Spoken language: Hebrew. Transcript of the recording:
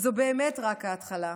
וזו באמת רק ההתחלה.